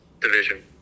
division